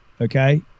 okay